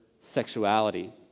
sexuality